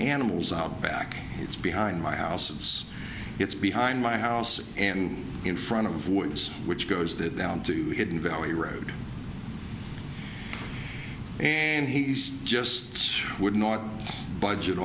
animals out back it's behind my house it's it's behind my house and in front of woods which goes that down to hidden valley road and he's just would not budge